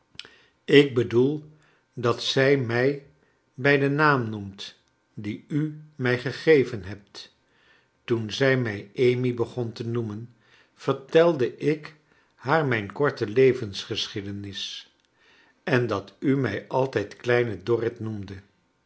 ik bedoel dat zij mij bij den naam noemt dien u mij gegeyen hebt toen zij mij amy begon te noemen vertelde ik haar mijn korte levensgeschiedenis en dat u mij altijd kleine dorrit noemde